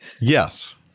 Yes